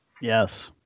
Yes